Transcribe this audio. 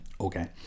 Okay